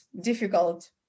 difficult